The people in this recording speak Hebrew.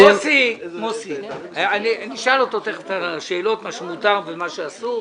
מוסי, נשאל אותו תכף שאלות, מה שמותר ומה שאסור.